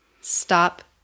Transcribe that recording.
Stop